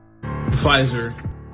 Pfizer